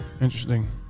Interesting